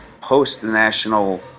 post-national